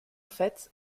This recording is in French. fait